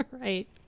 Right